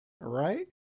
Right